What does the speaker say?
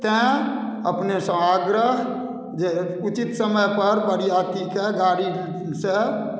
तैँ अपनेसँ आग्रह जे उचित समयपर बरियातीकेँ गाड़ीसँ